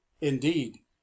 indeed